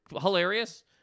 hilarious